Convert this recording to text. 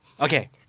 Okay